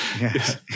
yes